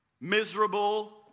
miserable